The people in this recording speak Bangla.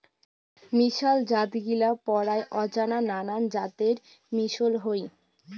মিশাল জাতগিলা পরায় অজানা নানান জাতের মিশল হই